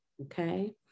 okay